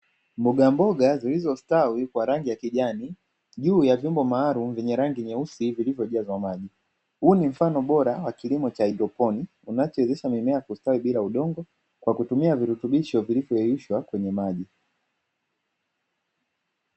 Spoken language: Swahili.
Mbogamboga zilizostawi kwa rangi ya kijani, juu ya vyombo maalumu vyenye rangi nyeusi vilivyojazwa maji. Huu ni mfano bora wa kilimo cha haidroponi kinachowezesha mimea kustawi bila udongo kwa kutumia virutubisho vilivyoyeyushwa kwenye maji.